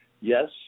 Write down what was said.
Yes